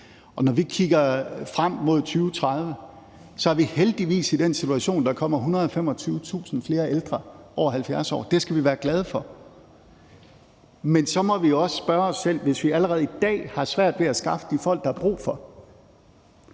Når vi kigger frem mod 2030, er vi heldigvis i den situation, at der kommer 125.000 flere ældre over 70 år. Det skal vi være glade for. Men så må vi også spørge os selv, når vi allerede i dag har svært ved at skaffe de folk, der er brug for,